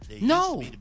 No